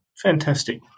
Fantastic